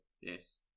Yes